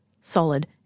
solid